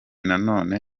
nanone